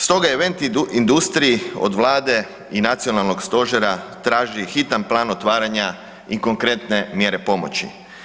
Stoga je event industrija od Vlade i nacionalnog stožera traži hitan plan otvaranja i konkretne mjere pomoći.